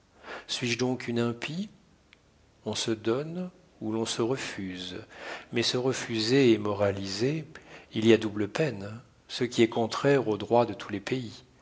suis-je donc une impie on se donne ou l'on se refuse mais se refuser et moraliser il y a double peine ce qui est contraire au droit de tous les pays